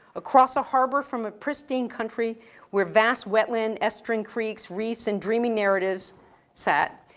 across a harbor from a pristine country where vast wetland estuarine creeks, reefs in dreamy narratives sat.